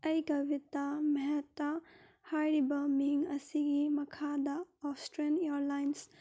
ꯑꯩꯒ ꯚꯤꯇꯥ ꯃꯦꯠꯇ ꯍꯥꯏꯔꯤꯕ ꯃꯤꯡ ꯑꯁꯤꯒꯤ ꯃꯈꯥꯗ ꯑꯣꯁꯇ꯭ꯔꯦꯟ ꯏꯌꯔꯂꯥꯏꯟꯁ